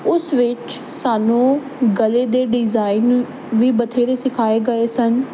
ਉਸ ਵਿੱਚ ਸਾਨੂੰ ਗਲੇ ਦੇ ਡਿਜ਼ਾਇਨ ਵੀ ਬਥੇਰੇ ਸਿਖਾਏ ਗਏ ਸਨ